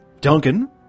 Duncan